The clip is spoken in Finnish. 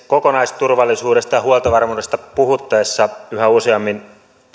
kokonaisturvallisuudesta ja huoltovarmuudesta puhuttaessa yhä useammin